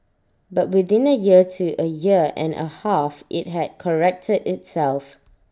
but within A year to A year and A half IT had corrected itself